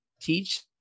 teach